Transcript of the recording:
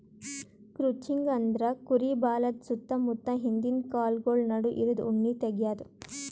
crutching ಅಂದ್ರ ಕುರಿ ಬಾಲದ್ ಸುತ್ತ ಮುತ್ತ ಹಿಂದಿಂದ ಕಾಲ್ಗೊಳ್ ನಡು ಇರದು ಉಣ್ಣಿ ತೆಗ್ಯದು